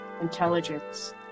intelligence